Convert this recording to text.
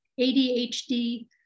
ADHD